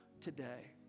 today